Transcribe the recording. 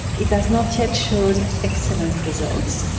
it has not yet shown excellent results.